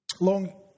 long